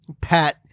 Pat